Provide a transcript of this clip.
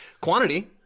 Quantity